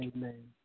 Amen